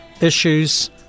issues